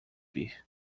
vir